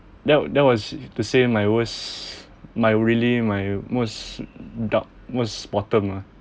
that was that was say my worst my really my most dark most bottom ah